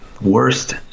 Worst